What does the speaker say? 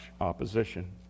opposition